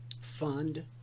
fund